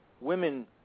Women